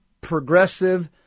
progressive